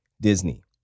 Disney